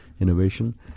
innovation